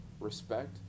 respect